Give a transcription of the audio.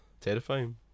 terrifying